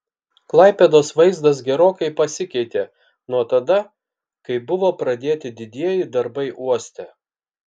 klaipėdos vaizdas gerokai pasikeitė nuo tada kai buvo pradėti didieji darbai uoste